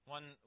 One